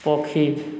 ପକ୍ଷୀ